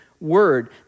word